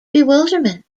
bewilderment